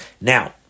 Now